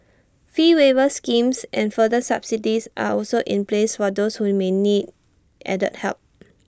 fee waiver schemes and further subsidies are also in place for those who may need added help